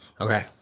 Okay